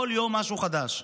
כל יום משהו חדש.